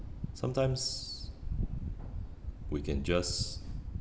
sometimes we can just